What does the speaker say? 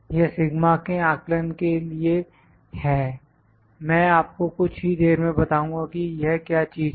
यह सिगमा के आकलन के लिए है मैं आपको कुछ ही देर में बताऊंगा कि यह क्या चीज है